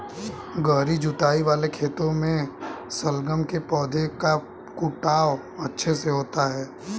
गहरी जुताई वाले खेतों में शलगम के पौधे का फुटाव अच्छे से होता है